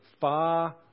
far